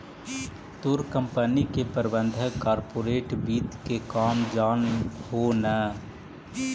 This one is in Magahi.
तोर कंपनी के प्रबंधक कॉर्पोरेट वित्त के काम जान हो न